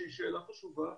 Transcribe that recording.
שהיא שאלה חשובה,